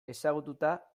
ezagututa